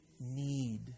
Need